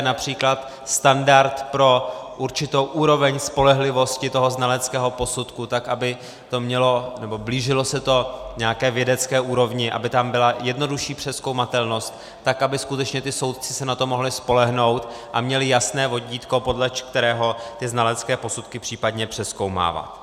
Například standard pro určitou úroveň spolehlivosti toho znaleckého posudku, tak aby se to blížilo nějaké vědecké úrovni, aby tam byla jednodušší přezkoumatelnost, tak aby skutečně ti soudci se na to mohli spolehnout a měli jasné vodítko, podle kterého ty znalecké posudky případně přezkoumávat.